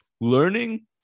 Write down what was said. Learning